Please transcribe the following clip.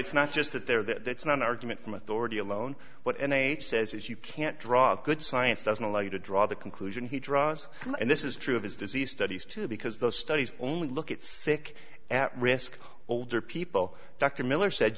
it's not just that there that an argument from authority alone but n h says you can't draw good science doesn't allow you to draw the conclusion he draws and this is true of his disease studies too because those studies only look at sick at risk older people dr miller said